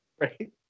right